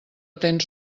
tens